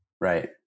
Right